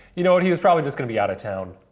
you know what, he was probably just gonna be out of town.